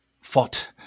fought